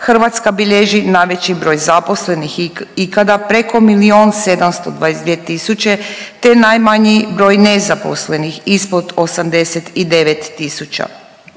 Hrvatska bilježi najveći broj zaposlenih ikada, preko milijun 722 tisuće, te najmanji broj nezaposlenih, ispod 89